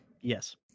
Yes